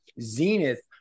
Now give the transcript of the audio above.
zenith